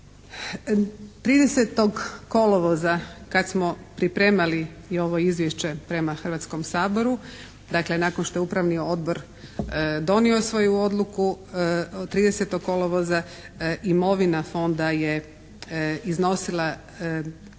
30. kolovoza kad smo pripremali i ovo izvješće prema Hrvatskom saboru dakle nakon što je Upravni odbor donio svoju odluku 30. kolovoza imovina Fonda je iznosila dvije